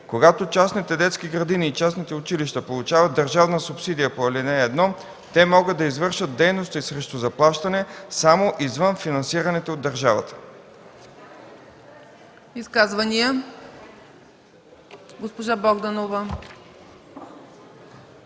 Когато частните детски градини и частните училища получават държавна субсидия по ал. 1, те могат да извършват дейности срещу заплащане, само извън финансираните от държавата.”